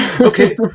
Okay